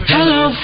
Hello